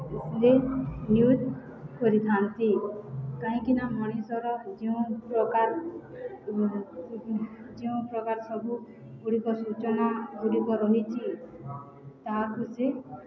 news କରିଥାନ୍ତି କାହିଁକିନା ମଣିଷର ଯେଉଁପ୍ରକାର ଯେଉଁପ୍ରକାର ସବୁ ଗୁଡ଼ିକ ସୂଚନା ଗୁଡ଼ିକ ରହିଛି ତାହାକୁ ସେ